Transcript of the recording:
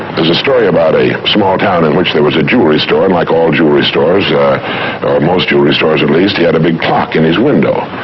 there's a story about a small town in which there was a jewelry store, and like all jewelry stores, or most jewelry stores at least, he had a big clock in his window.